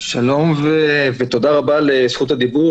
שלום ותודה רבה על זכות הדיבור,